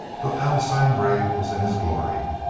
but el sangre was in his glory.